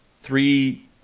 three